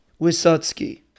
Wisotsky